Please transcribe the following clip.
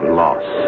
loss